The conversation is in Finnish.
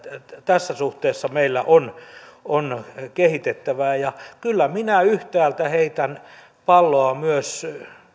tässä suhteessa meillä on on kehitettävää kyllä minä yhtäältä heitän palloa myös